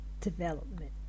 development